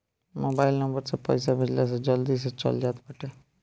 mobile number से पईसा भेजला से जल्दी से चल जात बाटे